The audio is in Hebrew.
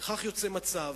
וכך יוצא מצב